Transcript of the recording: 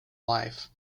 life